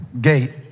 gate